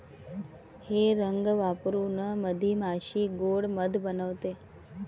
हे रंग वापरून मधमाशी गोड़ मध बनवते